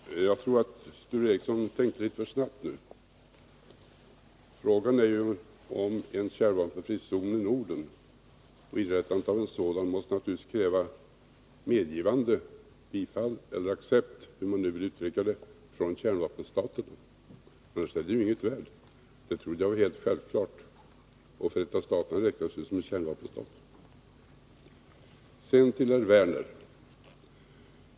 Herr talman! Jag tror att Sture Ericson tänkte litet för snabbt nu. Frågan gäller ju en kärnvapenfri zon i Norden, och inrättandet av en sådan måste naturligtvis kräva medgivande, bifall eller accept — hur man nu vill uttrycka det — från kärnvapenstaterna. Annars är den ju inget värd —det trodde jag var helt självklart. Och Förenta staterna räknas ju som en kärnvapenstat. Så till herr Werner.